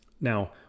Now